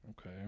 Okay